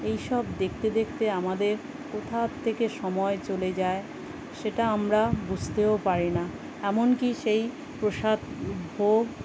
এই সব দেখতে দেখতে আমাদের কোথার থেকে সময় চলে যায় সেটা আমরা বুঝতেও পারি না এমনকি সেই প্রসাদ ভোগ